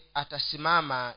atasimama